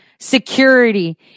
Security